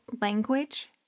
language